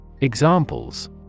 Examples